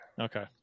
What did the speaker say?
Okay